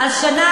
לא